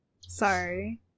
Sorry